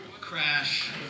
crash